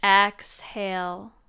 Exhale